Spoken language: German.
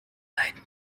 leiden